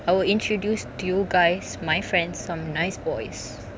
I will introduce to you guys my friends some nice boys